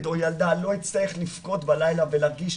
או ילדה לא יצטרך לבכות בלילה ולהרגיש